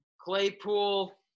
Claypool